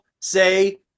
say